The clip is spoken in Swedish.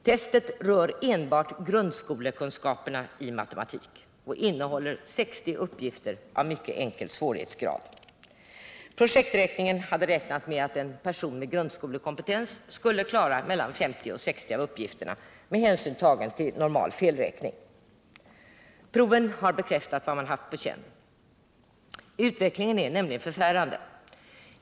Testerna rör enbart grundskolekunskaper i matematik och innehåller 60 uppgifter av mycket låg svårighetsgrad. Projektledningen hade räknat med att en person med grundskolekompetens, med hänsyn tagen till normal felräkning, skulle klara mellan 50 och 60 av uppgifterna. Proven har bekräftat vad man har haft på känn. Utvecklingen är nämligen förfärande.